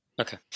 Okay